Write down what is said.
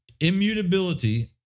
Immutability